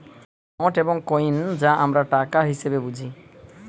note এবং coin যা আমরা টাকা হিসেবে বুঝি